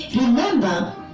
remember